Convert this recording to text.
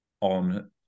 on